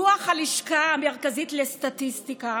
דוח הלשכה המרכזית לסטטיסטיקה